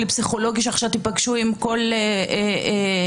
פסיכולוגי שעכשיו תיפגשו עם כל נפגעת,